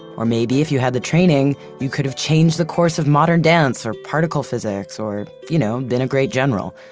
or maybe if you had the training, you could have changed the course of modern dance or particle physics or, you know, been a great general.